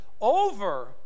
over